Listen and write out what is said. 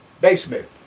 basement